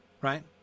right